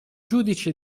giudice